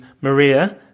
Maria